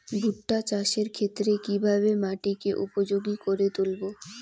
ভুট্টা চাষের ক্ষেত্রে কিভাবে মাটিকে উপযোগী করে তুলবো?